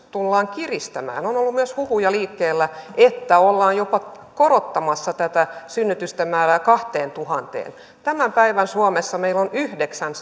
tullaan edelleen kiristämään on ollut myös huhuja liikkeellä että ollaan jopa korottamassa tätä synnytysten määrää kahteentuhanteen tämän päivän suomessa meillä on yhdeksän